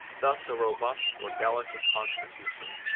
thus a robust or delicate constitution,